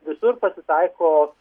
visur pasitaiko